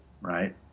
right